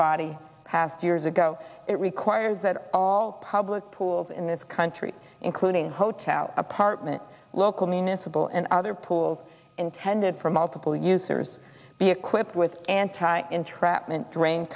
body has two years ago it requires that all public pools in this country including hotels apartment local municipal and other pools intended for multiple users be equipped with anti entrapment drain